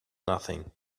nothing